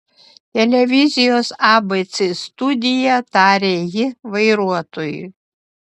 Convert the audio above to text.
televizijos abc studija tarė ji vairuotojui